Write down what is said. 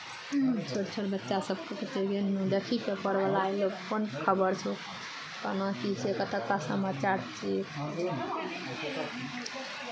छोट छोट बच्चा सभके कहितियै गे नूनू देखही पेपरवला अयलहु कोन खबर छौ केना की छै कतक्का समाचार छै